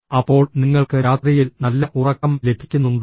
അപ്പോൾ നിങ്ങൾക്ക് രാത്രിയിൽ നല്ല ഉറക്കം ലഭിക്കുന്നുണ്ടോ